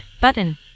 button